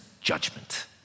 judgment